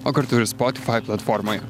o kartu ir spotifai platformoj